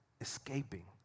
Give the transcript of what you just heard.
escaping